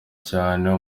cyane